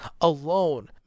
alone